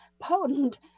potent